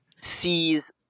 sees